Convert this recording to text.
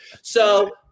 So-